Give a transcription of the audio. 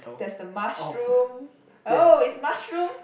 there's the mushroom oh it's mushroom